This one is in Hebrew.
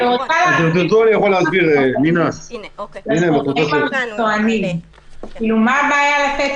אני רוצה להבין מה הבעיה לתת